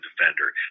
defender